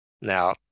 Now